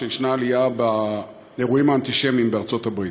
שישנה עלייה באירועים האנטישמיים בארצות-הברית.